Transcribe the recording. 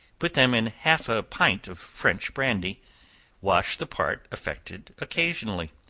put them in half a pint of french brandy wash the part affected occasionally.